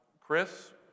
Chris